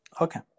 Okay